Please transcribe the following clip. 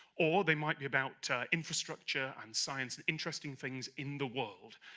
or they might be about infrastructure and science, the interesting things in the world.